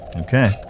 Okay